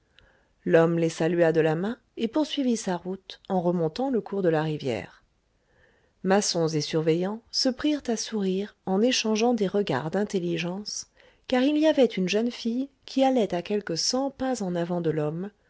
l'homme les salua de la main et poursuivit sa route en remontant le cours de la rivière maçons et surveillants se prirent à sourire en échangeant des regards d'intelligence car il y avait une jeune fille qui allait à quelque cent pas en avant de l'homme